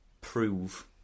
prove